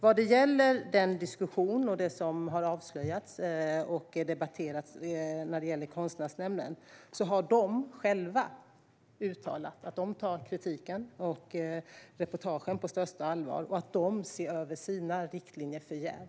Vad gäller den diskussion och det som har avslöjats och debatterats i fråga om Konstnärsnämnden har de själva uttalat att de tar kritiken och reportagen på största allvar och ser över sina riktlinjer för jäv.